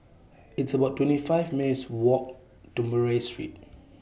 It's about twenty five minutes' Walk to Murray Street